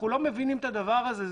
אנחנו לא מבינים את הדבר הזה.